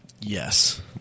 Yes